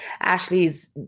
Ashley's